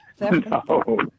No